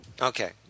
Okay